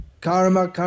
Karma